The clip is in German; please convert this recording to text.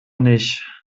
nicht